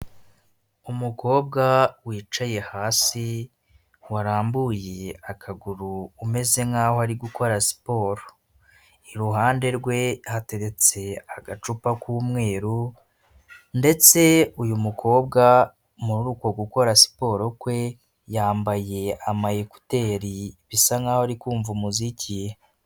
Umukobwa wicaye hasi warambuye akaguru umeze nkaho ari gukora siporo, iruhande rwe hateretse agacupa k'umweru, ndetse uyu mukobwa muri uko gukora siporo kwe, yambaye amaye ekuteri bisa nkaho ari kumva umuziki.